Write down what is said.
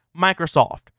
Microsoft